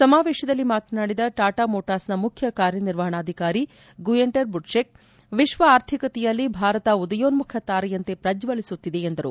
ಸಮಾವೇಶದಲ್ಲಿ ಮಾತನಾಡಿದ ಕಾರ್ಯನಿರ್ವಹಣಾಧಿಕಾರಿ ಗುಯೆಂಟರ್ ಬುಟ್ಷೆಕ್ ವಿಶ್ವ ಆರ್ಥಿಕತೆಯಲ್ಲಿ ಭಾರತ ಉದಯೋನ್ಮುಖ ತಾರೆಯಂತೆ ಪ್ರಜ್ವಲಿಸುತ್ತಿದೆ ಎಂದರು